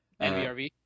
NVRV